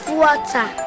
water